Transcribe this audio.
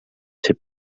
ser